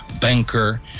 banker